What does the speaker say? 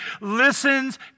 listens